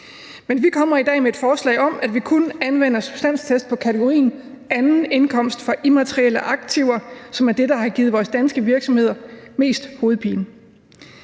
Men vi kommer i dag med et forslag om, at vi kun anvender substanstest på kategorien anden indkomst fra immaterielle aktiver, som er det, der har givet vores danske virksomheder mest hovedpine.